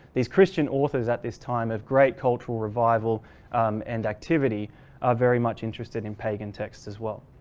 these christian authors at this time of great cultural revival and activity are very much interested in pagan texts as well.